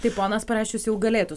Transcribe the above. tai ponas perašius jau galėtų